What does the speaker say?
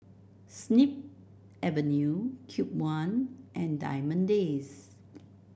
Snip Avenue Cube One and Diamond Days